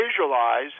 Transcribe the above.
visualize